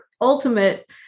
ultimate